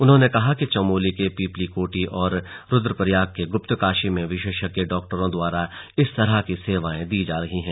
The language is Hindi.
उन्होंने कहा कि चमोली के पीपलकोटी और रूद्रप्रयाग के गुप्तकाशी में विशेषज्ञ डॉक्टरों द्वारा इस तरह की सेवाएं दी जा रही हैं